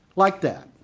like that.